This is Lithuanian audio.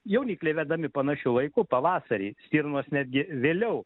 jaunikliai vedami panašiu laiku pavasarį stirnos netgi vėliau